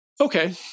Okay